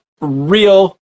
real